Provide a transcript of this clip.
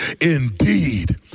indeed